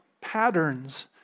patterns